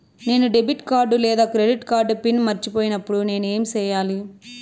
నేను debit card లేదా credit card pin మర్చిపోయినప్పుడు నేను ఏమి సెయ్యాలి?